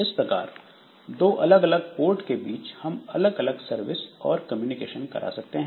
इस प्रकार दो अलग अलग पोर्ट के बीच हम अलग अलग सर्विस और कम्युनिकेशन करा सकते हैं